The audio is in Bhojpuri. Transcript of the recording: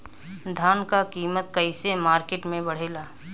धान क कीमत कईसे मार्केट में बड़ेला?